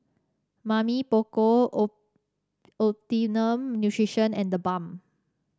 Mamy Poko O Optimum Nutrition and TheBalm